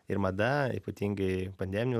ir mada ypatingai pandeminiu